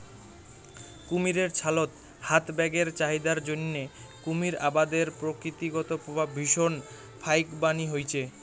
কুমীরের ছালত হাত ব্যাগের চাহিদার জইন্যে কুমীর আবাদের প্রকৃতিগত প্রভাব ভীষণ ফাইকবানী হইচে